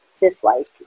dislike